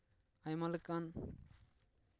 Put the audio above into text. ᱟᱭᱢᱟ ᱞᱮᱠᱟᱱ